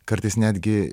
kartais netgi